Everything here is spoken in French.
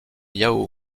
yao